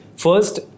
First